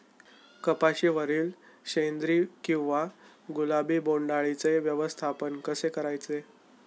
कपाशिवरील शेंदरी किंवा गुलाबी बोंडअळीचे व्यवस्थापन कसे करायचे?